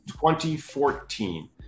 2014